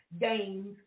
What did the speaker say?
games